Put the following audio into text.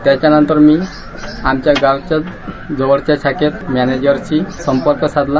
त्यानंतर मी आपल्या गावाच्या जवळच्या शाखेत मॅनेजरशी संपर्क साधला